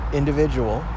individual